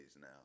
now